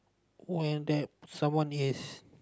when that someone is